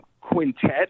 quintet